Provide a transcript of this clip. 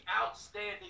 Outstanding